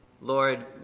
Lord